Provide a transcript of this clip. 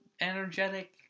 energetic